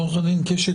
תודה לעו"ד קשת.